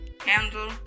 handle